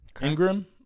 Ingram